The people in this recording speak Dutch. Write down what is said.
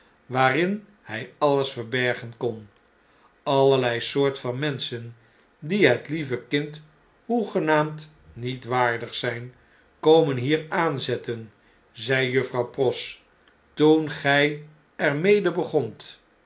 waarin hij alles verbergen kon a llerlei soort van menschen die het lieve kind hoegenaamd niet waardig zp komen hier aanzetten zei juffrouw pross toen gij er mede begont